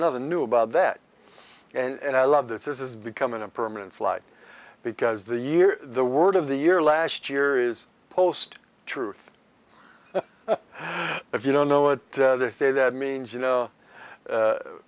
nothing new about that and i love that this is becoming a permanent slide because the year the word of the year last year is post truth if you don't know what they say that means you know